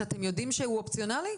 שאתם יודעים שהוא אופציונלי?